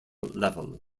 level